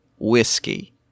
whiskey